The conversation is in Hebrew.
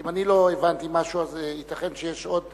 כי אם אני לא הבנתי משהו ייתכן שיש עוד